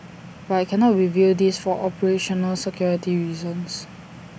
but I cannot reveal this for operational security reasons